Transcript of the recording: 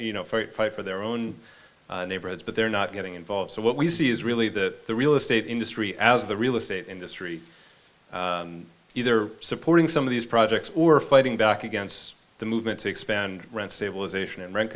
you know fight fight for their own neighborhoods but they're not getting involved so what we see is really that the real estate industry as the real estate industry either supporting some of these projects or fighting back against the movement to expand rents stabilisation and rent